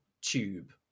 tube